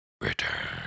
Return